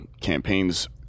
campaigns